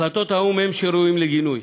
החלטות האו"ם הן שראויות לגינוי,